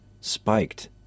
spiked